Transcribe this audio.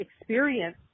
experience